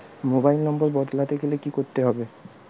Mobile নম্বর বদলাতে গেলে কি করতে হবে?